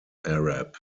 arab